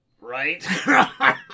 Right